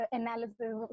analysis